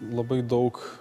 labai daug